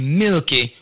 milky